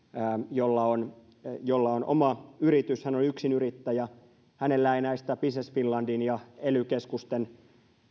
jolla on jolla on oma yritys hän on yksinyrittäjä hänellä ei näistä business finlandin ja ely keskusten